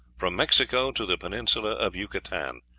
from mexico to the peninsula of yucatan,